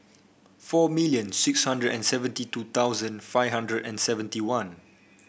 four million six hundred and seventy two thousand five hundred and seventy one